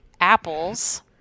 apples